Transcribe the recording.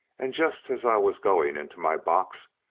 and just as i was going into my box,